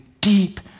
deep